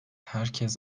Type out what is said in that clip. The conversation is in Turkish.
herkes